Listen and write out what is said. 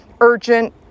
urgent